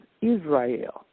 Israel